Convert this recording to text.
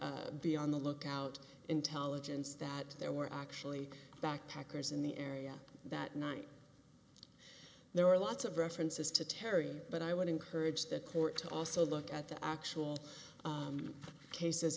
be on the lookout intelligence that there were actually backpackers in the area that night there are lots of references to terri but i would encourage the court to also look at the actual cases